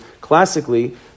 Classically